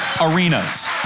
arenas